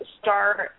start